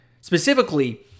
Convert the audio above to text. specifically